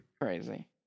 Crazy